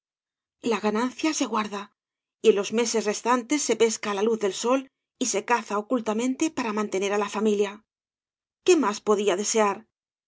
la ganancia se guarda y en los meses restantes se pesca á la luz del gol y se caza ocultamente para mantener ja familia qué más podía desear